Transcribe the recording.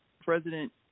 President